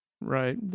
right